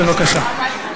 בבקשה.